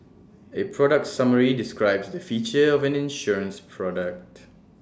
A product summary describes the features of an insurance product